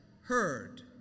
heard